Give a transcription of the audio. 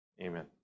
Amen